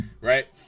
right